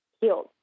healed